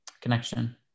connection